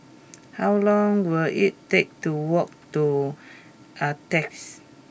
how long will it take to walk to Altez